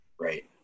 Right